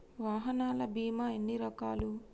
వాహనాల బీమా ఎన్ని రకాలు?